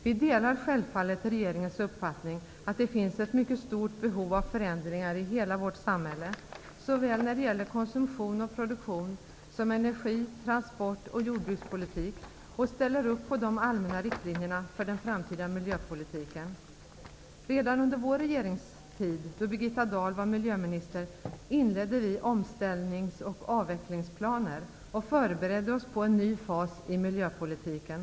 Vi delar självfallet regeringens uppfattning att det finns ett mycket stort behov av förändringar i hela vårt samhälle, när det gäller såväl konsumtion och produktion som energi-, transport och jordbrukspolitik, och vi ställer upp på de allmänna riktlinjerna för den framtida miljöpolitiken. Redan under vår regeringstid, då Birgitta Dahl var miljöminister, inledde vi omställnings och avvecklingsplaner och förberedde oss på en ny fas i miljöpolitiken.